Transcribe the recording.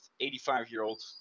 85-year-old